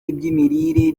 iby’imirire